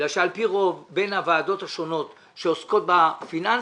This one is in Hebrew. על פי רוב, בין הוועדות השונות שעוסקות בפיננסים,